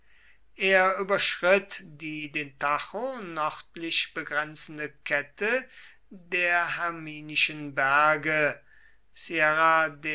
er überschritt die den tajo nördlich begrenzende kette der herminischen berge